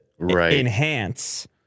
enhance